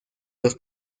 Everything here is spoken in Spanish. los